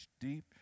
deep